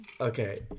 Okay